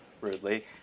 rudely